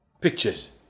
pictures